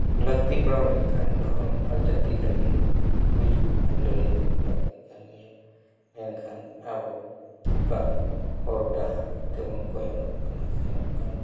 ᱞᱟᱹᱠᱛᱤ ᱯᱟᱲᱟᱣ ᱞᱮᱱᱠᱷᱟᱱ ᱫᱷᱚᱨᱚᱢ ᱟᱨ ᱡᱟᱹᱛᱤ ᱞᱟᱹᱜᱤᱫ ᱜᱩᱡᱩᱜ ᱟᱨ ᱞᱟᱹᱲᱦᱟᱹᱭ ᱦᱚᱸ ᱞᱟᱹᱠᱛᱤ ᱠᱟᱱ ᱜᱮᱭᱟ ᱢᱮᱱᱠᱷᱟᱱ ᱟᱵᱚ ᱚᱠᱟ ᱦᱚᱨ ᱰᱟᱦᱟᱨ ᱛᱮᱵᱚᱱ ᱜᱚᱭᱚᱱᱚᱜ ᱠᱟᱱᱟ ᱥᱮᱱᱚᱜ ᱠᱟᱱ